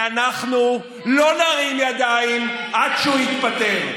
ואנחנו לא נרים ידיים עד שהוא יתפטר.